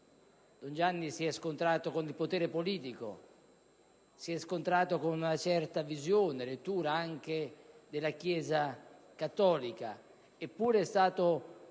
Don Gianni si è scontrato con il potere politico e anche con una certa visione e lettura della Chiesa cattolica; eppure è stato